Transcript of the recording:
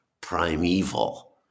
primeval